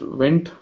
went